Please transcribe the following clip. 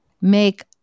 make